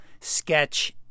sketch